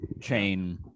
chain